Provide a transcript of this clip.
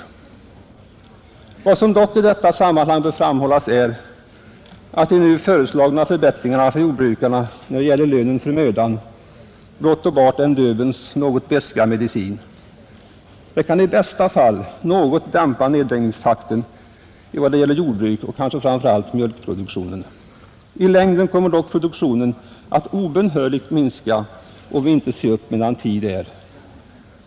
Vad som dock i detta sammanhang bör framhållas är att de nu föreslagna förbättringarna för jordbrukarna när det gäller ”lönen för mödan” blott och bart är en ”Döbelns något beska medicin”. De kan i bästa fall något dämpa nedläggningstakten i vad det gäller jordbruken och kanske framför allt mjölkproduktionen. I längden kommer dock produktionen att obönhörligt minska, om vi inte ser upp medan tid är.